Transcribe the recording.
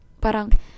parang